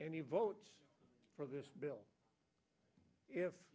any votes for this bill if